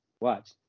Watch